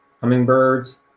hummingbirds